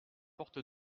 porte